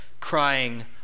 crying